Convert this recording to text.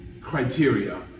criteria